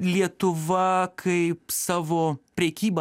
lietuva kaip savo prekyba